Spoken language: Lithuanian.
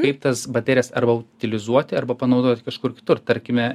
kaip tas baterijas arba utilizuoti arba panaudoti kažkur kitur tarkime